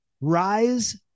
Rise